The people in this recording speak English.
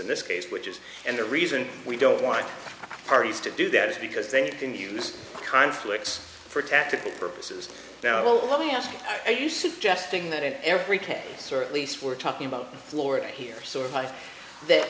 in this case which is and the reason we don't want parties to do that is because they can use conflicts for tactical purposes now let me ask you suggesting that in every case or at least we're talking about florida here sort of life that